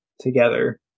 together